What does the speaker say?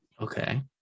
Okay